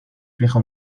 fija